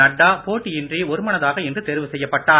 நட்டா போட்டியின்றி ஒருமனதாக இன்று தேர்வு செய்யப்பட்டார்